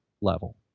level